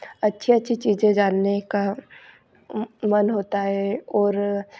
अच्छी अच्छी चीज़ें जानने का मन होता है और